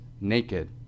naked